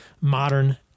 modern